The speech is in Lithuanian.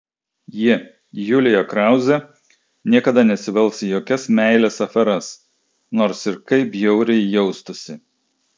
ji julija krauzė niekada nesivels į jokias meilės aferas nors ir kaip bjauriai jaustųsi